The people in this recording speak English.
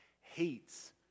hates